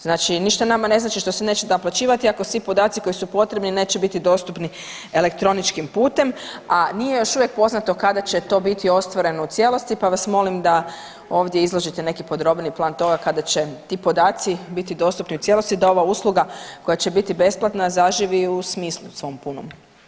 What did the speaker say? Znači ništa nama ne znači što se neće naplaćivati ako svi podaci koji su potrebni neće biti dostupni elektroničkim putem, a nije još uvijek poznato kada će to biti ostvareno u cijelosti pa vas molim da ovdje izložite neki podrobniji plan toga kada će ti podaci biti dostupni u cijelosti da ova usluga koja će biti besplatna zaživi u smislu svom punom.